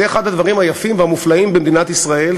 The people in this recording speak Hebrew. זה אחד הדברים היפים והמופלאים במדינת ישראל,